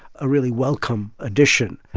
a really welcome addition